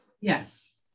Yes